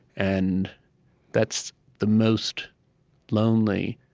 and that's the most lonely,